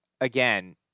again